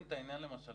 את העניין למשל